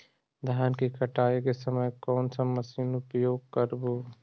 धान की कटाई के समय कोन सा मशीन उपयोग करबू?